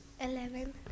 Eleven